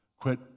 quit